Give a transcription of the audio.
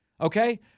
Okay